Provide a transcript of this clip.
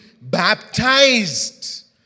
baptized